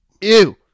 Ew